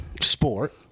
Sport